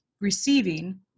receiving